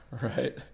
right